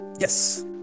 Yes